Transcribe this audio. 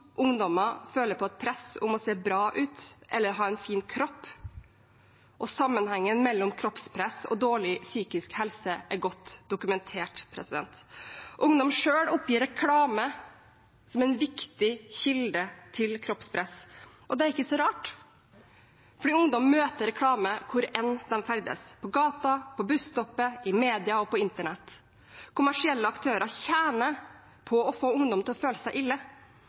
ungdommer føler på et press om å se bra ut eller ha en fin kropp, og sammenhengen mellom kroppspress og dårlig psykisk helse er godt dokumentert. Ungdom selv oppgir reklame som en viktig kilde til kroppspress, og det er ikke så rart, fordi ungdom møter reklame hvor enn de ferdes, på gater, på busstopp, i media og på internett. Kommersielle aktører tjener på å få ungdom til å føle seg ille.